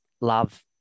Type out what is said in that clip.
love